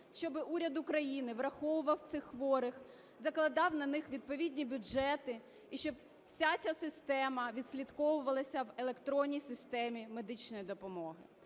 щоб уряд України враховував цих хворих, закладав на них відповідні бюджети і щоб вся ця система відслідковувалась в електронній системі медичної допомоги.